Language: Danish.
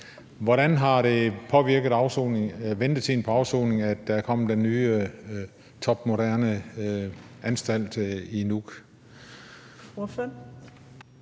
Hvordan har det påvirket ventetiden på afsoning, at den nye topmoderne anstalt i Nuuk